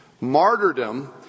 martyrdom